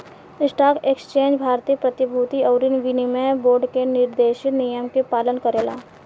stock exchange भारतीय प्रतिभूति अउरी विनिमय बोर्ड के निर्देशित नियम के पालन करेला